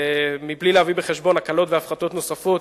בלי להביא בחשבון הקלות והפחתות נוספות